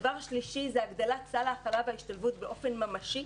דבר שלישי: הגדלת סל ההכלה וההשתלבות באופן ממשי,